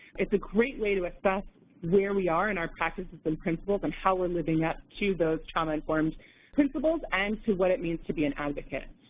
it's a great way to assess where we are in our practices and principles and how we're living up to those trauma-informed principles and to what it means to be an advocate.